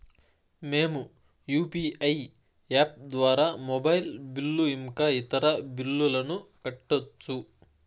మేము UPI app ద్వారా mobile bill ఇంకా ఇతర బిల్లులను కట్టొచ్చు